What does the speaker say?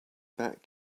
bat